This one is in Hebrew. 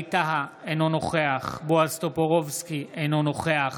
ווליד טאהא, אינו נוכח בועז טופורובסקי, אינו נוכח